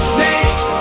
make